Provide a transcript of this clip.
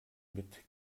mit